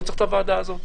לא צריך את הוועדה הזאת.